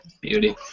Beauty